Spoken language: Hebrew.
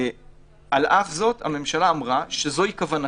על אף זאת, הממשלה אמרה שזוהי כוונתה.